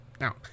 Now